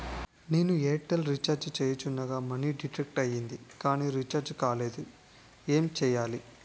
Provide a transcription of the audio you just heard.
నేను Airtel recharge చేయించగా money deduct అయ్యింది కానీ రీఛార్జ్ కాలేదు ఏంటి చేయాలి?